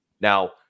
Now